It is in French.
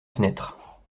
fenêtre